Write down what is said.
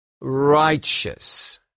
righteous